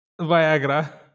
Viagra